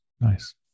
Nice